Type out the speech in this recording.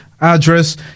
address